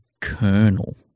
colonel